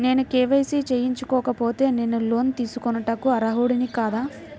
నేను కే.వై.సి చేయించుకోకపోతే నేను లోన్ తీసుకొనుటకు అర్హుడని కాదా?